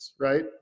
right